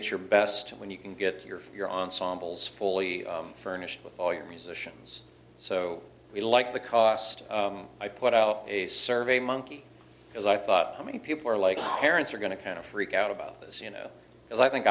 at your best when you can get your for your ensembles fully furnished with all your musicians so we like the cost i put out a survey monkey because i thought how many people are like parents are going to kind of freak out about this you know as i think